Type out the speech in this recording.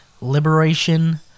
Liberation